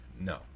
No